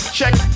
Check